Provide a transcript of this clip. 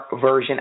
version